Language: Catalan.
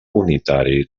unitari